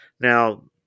Now